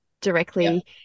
directly